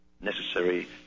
necessary